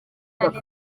cyane